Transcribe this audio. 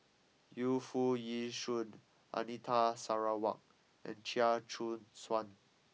Yu Foo Yee Shoon Anita Sarawak and Chia Choo Suan